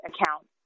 account